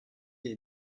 est